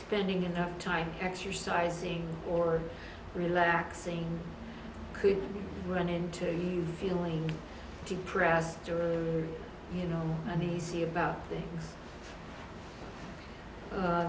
bending enough time exercising or relaxing could run into you feeling depressed or or you know uneasy about things